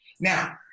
Now